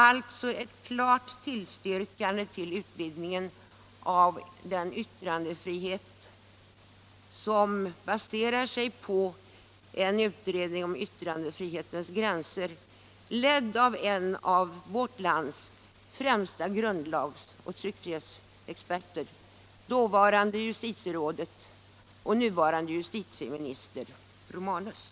Riksdagen godtog alltså det förslag till utvidgning av yttrandefriheten som baserades på en utredning om yttrandefrihetens gränser, ledd av en av vårt lands främsta grundlagsoch tryckfrihetsexperter, dåvarande justitierådet och nuvarande justitieministern Romanus.